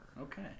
Okay